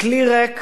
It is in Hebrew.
ככלי ריק,